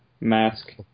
mask